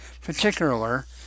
particular